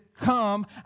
Come